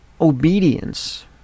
obedience